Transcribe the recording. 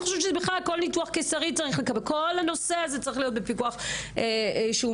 כל הנושא הזה צריך להיות בפיקוח מתמיד,